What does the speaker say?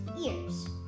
ears